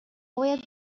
باید